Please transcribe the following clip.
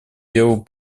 делу